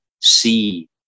see